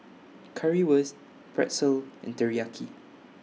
Currywurst Pretzel and Teriyaki